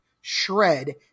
shred